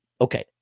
okay